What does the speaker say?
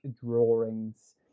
drawings